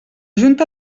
junta